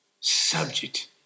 subject